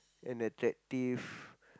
and attractive